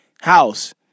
house